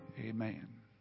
Amen